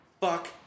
fuck